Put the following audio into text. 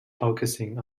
focusing